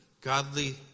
godly